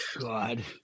God